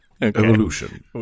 Evolution